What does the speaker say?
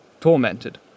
tormented